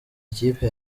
ikipe